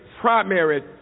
primary